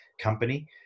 company